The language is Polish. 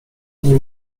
nie